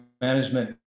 management